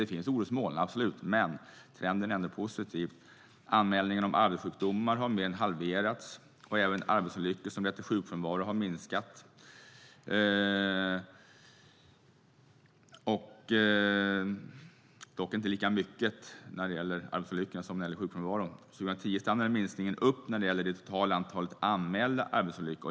Det finns orosmoln, men trenden är ändå positiv. Antalet anmälningar om arbetsrelaterade sjukdomar har mer än halverats, och även antalet arbetsolyckor som har lett till sjukfrånvaro har minskat, dock har minskningen inte varit lika stor när det gäller antalet arbetsolyckor som när det gäller sjukfrånvaron. År 2010 stannade minskningen upp när det gäller det totala antalet anmälda arbetsolyckor.